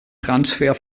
transfer